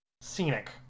scenic